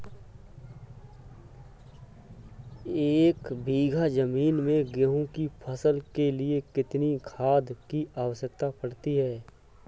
एक बीघा ज़मीन में गेहूँ की फसल के लिए कितनी खाद की आवश्यकता पड़ती है?